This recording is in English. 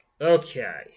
Okay